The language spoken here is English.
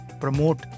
promote